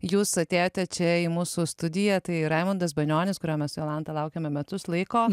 jūs atėjote čia į mūsų studiją tai raimundas banionis kurio mes su jolanta laukėme metus laiko